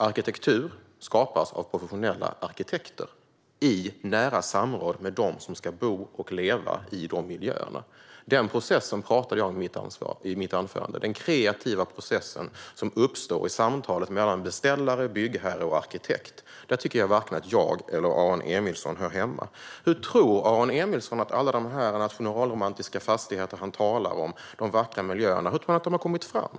Arkitektur skapas av professionella arkitekter i nära samråd med dem som ska bo och leva i dessa miljöer. Denna process talade jag om i mitt anförande, alltså den kreativa process som uppstår i samtalet mellan beställare, byggherre och arkitekt. Där tycker jag inte att vare sig jag eller Aron Emilsson hör hemma. Hur tror Aron Emilsson att alla dessa nationalromantiska fastigheter och miljöer som han talar om har kommit fram?